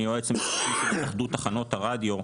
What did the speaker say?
אני היועץ המשפטי של התאחדות תחנות הרדיו,